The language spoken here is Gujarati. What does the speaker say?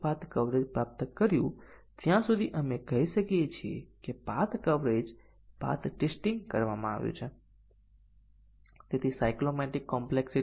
હવે આપણે પહેલા તપાસ કરવી પડશે કે કયા બે ટેસ્ટીંગ કેસો A નું સ્વતંત્ર મૂલ્યાંકન કરે છે